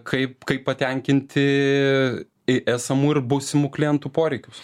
kaip kaip patenkinti į esamų ir būsimų klientų poreikius